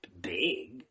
big